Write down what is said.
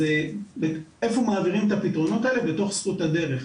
אז איפה מעבירים את הפתרונות האלה בתוך זכות דרך.